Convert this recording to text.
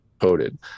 coded